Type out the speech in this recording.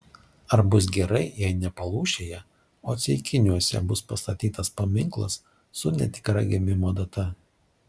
ar bus gerai jei ne palūšėje o ceikiniuose bus pastatytas paminklas su netikra gimimo data